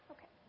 Okay